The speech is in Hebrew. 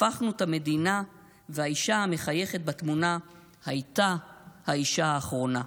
והפכנו ת'מדינה / והאישה המחייכת בתמונה / הייתה / האישה / האחרונה".